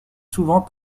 souvent